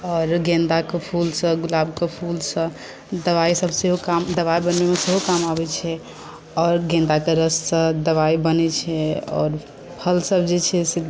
आओर गेन्दाके फूलसभ गुलाबके फूलसभ दवाइसभ सेहो काम दवाइ बनबैके सेहो काम आबैत छै आओर गेन्दाके रससँ दवाइ बनैत छै आओर फलसभ जे छै से